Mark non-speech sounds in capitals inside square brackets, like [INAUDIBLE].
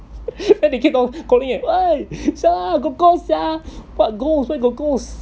[LAUGHS] and he kept on calling eh !oi! siala got ghost sia what ghost where got ghost